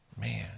man